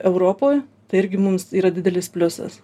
europoj tai irgi mums yra didelis pliusas